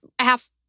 half